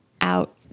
out